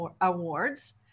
Awards